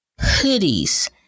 hoodies